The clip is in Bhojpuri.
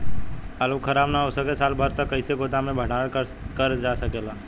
आलू खराब न हो सके साल भर तक कइसे गोदाम मे भण्डारण कर जा सकेला?